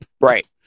Right